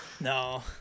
No